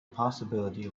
possibility